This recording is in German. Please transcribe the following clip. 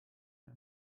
mir